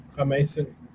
Amazing